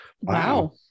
Wow